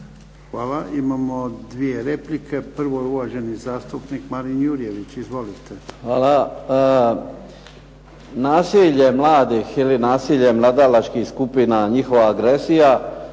Hvala. Imamo dvije replike. Prvo je uvaženi zastupnik Marin Jurjević. Izvolite. **Jurjević, Marin (SDP)** Hvala. Nasilje mladih ili nasilje mladalačkih skupina, njihova agresija